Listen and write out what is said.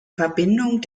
verbindung